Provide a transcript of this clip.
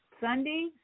Sunday